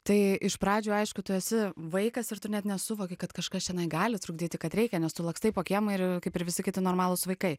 tai iš pradžių aišku tu esi vaikas ir tu net nesuvoki kad kažkas čionai gali trukdyti kad reikia nes tu lakstai po kiemą ir kaip ir visi kiti normalūs vaikai